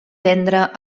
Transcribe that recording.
tendre